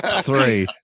three